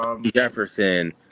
Jefferson